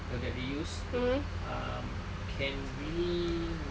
that they used um can really